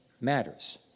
matters